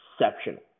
exceptional